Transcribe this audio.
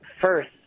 First